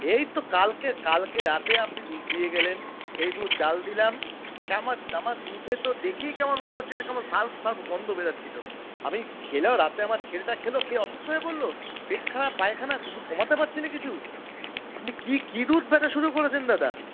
এই তো কালকে কালকে রাতেই আপনি দুধ দিয়ে গেলেন সেই দুধ জাল দিলাম আমার দুধেতো দেখেই কেমন মনে হচ্ছিল কেমন সার্ফ সার্ফ গন্ধ বেরোচ্ছিল আমি খেলাম রাতে আমার ছেলেটা খেলো খেয়ে অসুস্থ হয়ে পড়লো পেট খারাপ পায়খানা কমাতে পাচ্ছি না কিছু আপনি কী কী দুধ বেচা শুরু করেছেন দাদা